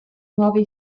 nuovi